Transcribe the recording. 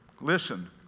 Listen